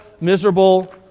miserable